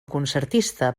concertista